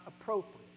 appropriate